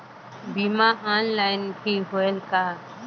बीमा ऑनलाइन भी होयल का?